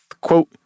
quote